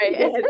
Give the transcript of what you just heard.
right